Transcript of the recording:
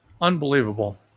unbelievable